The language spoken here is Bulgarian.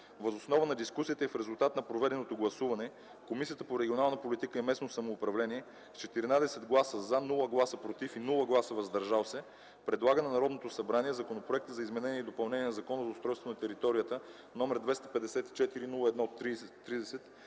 Въз основа на дискусията и в резултат на проведеното гласуване, Комисията по регионална политика и местно самоуправление с 14 гласа – “за”, без “против” и “въздържали се”, предлага на Народното събрание Законопроект за изменение на Закона за устройство на територията, № 254-01-30,